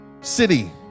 city